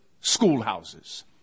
schoolhouses